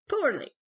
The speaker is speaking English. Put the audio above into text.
Poorly